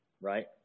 right